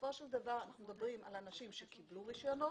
בסופו של דבר אנחנו מדברים על אנשים שקיבלו רישיונות,